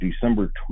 December